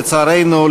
לצערנו,